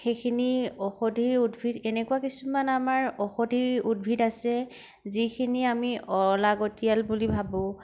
সেইখিনি ঔষধি উদ্ভিদ এনেকুৱা কিছুমান আমাৰ ঔষধি উদ্ভিদ আছে যিখিনি আমি অলাগতিয়াল বুলি ভাবো